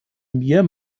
mir